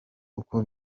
uko